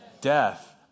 death